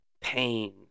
pain